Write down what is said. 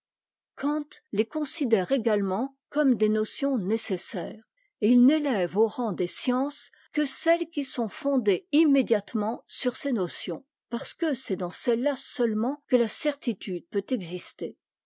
les considère également comme des notions nécessaires et il n'élève au rang des siences que celles qui sont fondées immédiatement sur ces notions parce que c'est dans celles-là seulement que la certitude peut exister